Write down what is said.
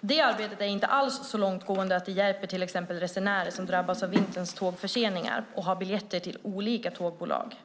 Detta arbete är inte alls så långtgående att det hjälper till exempel resenärer som drabbas av vinterns tågförseningar och har biljetter till olika tågbolag.